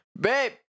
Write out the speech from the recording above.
babe